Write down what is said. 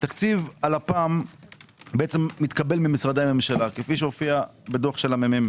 תקציב הלפ"ם מתקבל במשרדי הממשלה כפי שמופיע בדוח הממ"מ.